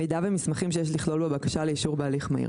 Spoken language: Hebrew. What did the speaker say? מידע ומסמכים שיש לכלול בבקשה לאישור בהליך מהיר